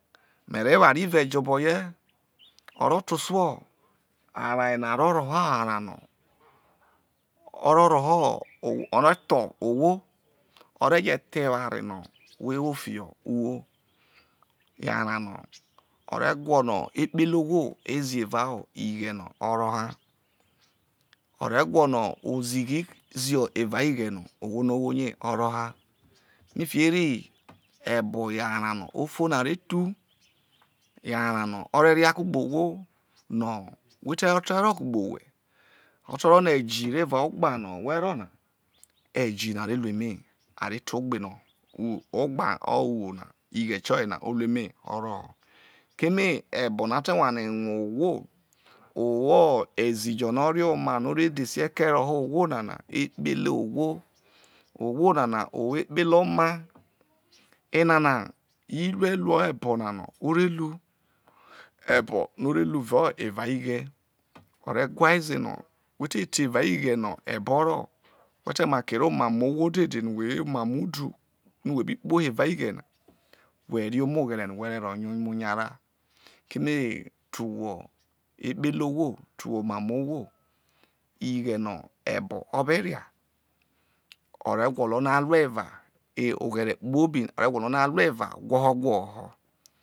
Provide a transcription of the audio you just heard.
Me ro eware ive ge obo hie oro ososuo arao na ro woho arao no ro roho o re tho ohwo o re je tho eware whe wo fiho uwou yo arao no o re gwolo ekpehre ohwo zio evao ighe no o wo rie o ro ha fikiere ebo yo arao no u fo no are thu yo arao no o re ria kugbe ohwo no who te ote rro kugbe owhe oterono eji orro evao ogba na no wher no na ejina re ru eme a re re ogbeno who ogba or uwou na ighe tioyena o ru eme orro no keme ebo na te wane rue ohwo owo ezi jo no orie omano ore dhese kee roho ohwo nana yo ekpehre ohwo, ohwo nana wo ekpehre omoa enana tueru ebo na no ore ru ebo ore ru evao ighe ore gbo ore ze no whe re te evao ighe no ebo rro whe te maki rro emam o ohwo dede no whe wo emamo udu ino who bi kpoho evao ighe na whe ne omoghere no whe re ro nya onya ra, keme te owhe ekpehre ohwo te owhe emamo ohwo ighe no ebo obe ra o re gwolo no arue eva e oghere kpobi o ve gwolo no a ru o eva gwoho gwoho no.